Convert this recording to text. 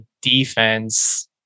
defense